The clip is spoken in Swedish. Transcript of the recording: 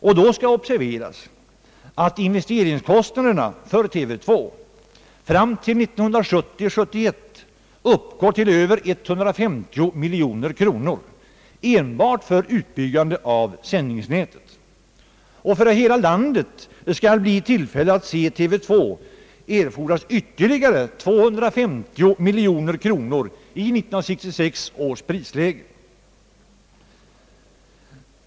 Det skall också observeras att investeringskostnaderna för TV 2 fram till 1970/71 uppgår till över 150 miljoner kronor enbart för utbyggande av sändningsnätet. För att hela landet skall bli i tillfälle att se TV 2 erfordras ytterligare 250 miljoner kronor i 1966 års prisläge.